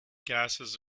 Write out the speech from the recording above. gases